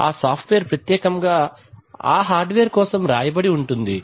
ఆ software ప్రత్యేకముగా ఆ హార్డ్ వేర్ కోసం రాయ బడినది